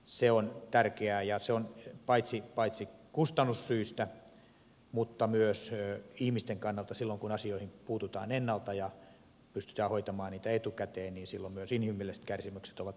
se on tärkeää paitsi kustannussyistä myös ihmisten kannalta koska silloin kun asioihin puututaan ennalta ja pystytään hoitamaan niitä etukäteen myös inhimilliset kärsimykset ovat aina pienempiä